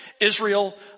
Israel